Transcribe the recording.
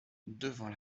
devant